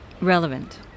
relevant